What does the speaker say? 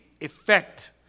effect